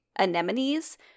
Anemones